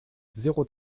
zéro